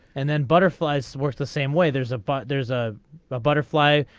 and then butterflies works the same way there's a but there's ah a butterfly.